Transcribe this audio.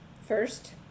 First